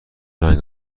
رنگ